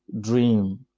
dream